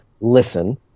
listen